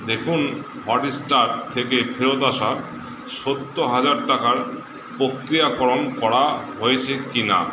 দেখুন হটস্টার থেকে ফেরত আসা সত্তর হাজার টাকার প্রক্রিয়াকরণ করা হয়েছে কিনা